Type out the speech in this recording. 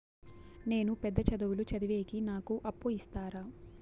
నేను పెద్ద చదువులు చదివేకి నాకు అప్పు ఇస్తారా